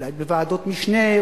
אולי בוועדות משנה,